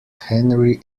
henry